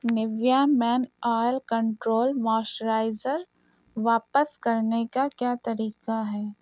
نویا مین oil control moisturiser واپس کرنے کا کیا طریقہ ہے